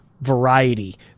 variety